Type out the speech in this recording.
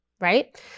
right